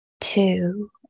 two